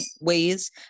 ways